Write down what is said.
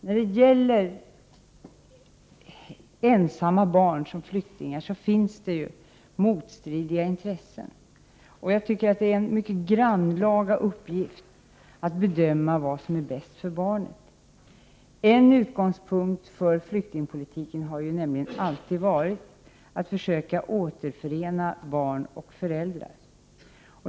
När det gäller ensamma barn som flyktingar finns det motstridiga intressen, och det är en grannlaga uppgift att bedöma vad som är bäst för barnet. En utgångspunkt för flyktingpolitiken har ju alltid varit att söka återförena barn och föräldrar.